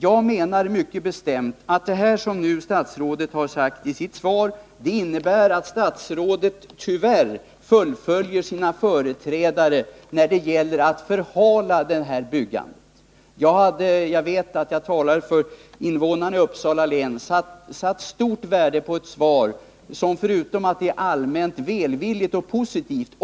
Jag hävdar mycket bestämt att det som statsrådet nu har sagt i sitt svar tyvärr innebär att statsrådet fullföljer sina företrädares exempel när det gäller att förhala byggandet. Jag hade — och jag vet att jag talar för invånarna i Uppsala län — satt stort värde på ett svar, som förutom att vara allmänt välvilligt och positivt.